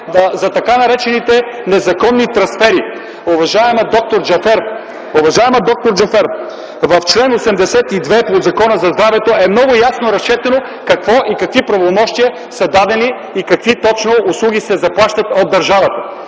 за така наречените незаконни трансфери. Уважаеми д-р Джафер, в чл. 82 по Закона за здравето е много ясно разчетено какво и какви правомощия са дадени и какви точно услуги се заплащат от държавата.